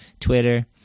Twitter